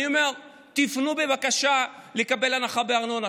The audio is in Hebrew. אני אומר: תפנו בבקשה לקבל הנחה בארנונה,